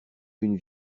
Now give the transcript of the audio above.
une